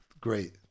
Great